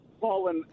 fallen